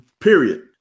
Period